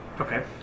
okay